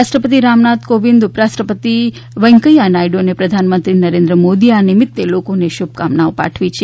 રાષ્ટ્રપતિ રામનાથ કોવિંદ અને ઉપરાષ્ટ્રપતિ વૈકૈયા નાયડુ અને પ્રધાનમંત્રી નરેન્દ્ર મોદીએ આ નિમિત્તે લોકોને શુભકામનાં પાઠવી છે